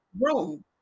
room